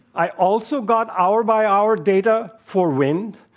i also got hour-by-hour data for wind.